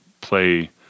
play